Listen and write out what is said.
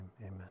amen